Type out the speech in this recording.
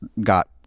got